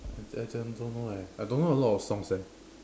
I I don't don't know eh I don't know a lot of song eh